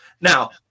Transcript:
Now